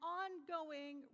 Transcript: ongoing